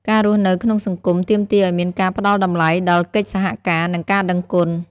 ការរស់នៅក្នុងសង្គម ទាមទារឱ្យមានការផ្ដល់តម្លៃដល់កិច្ចសហការ និងការដឹងគុណ។